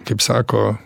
kaip sako